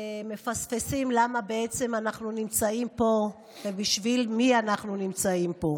מפספסים למה בעצם אנחנו נמצאים פה ובשביל מי אנחנו נמצאים פה.